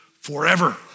forever